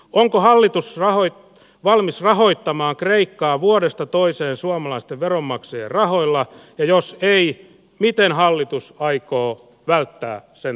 onko hallitus rahoitti valmis rahoittamaan kreikkaa vuodesta toiseen suomalaisten veronmaksajien rahoilla jos teit miten hallitus aikoo käyttää sen